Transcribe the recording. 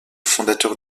fondateur